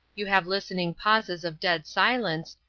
you have listening pauses of dead silence,